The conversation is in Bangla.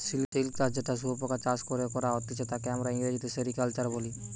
সিল্ক চাষ যেটা শুয়োপোকা চাষ করে করা হতিছে তাকে আমরা ইংরেজিতে সেরিকালচার বলি